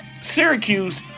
Syracuse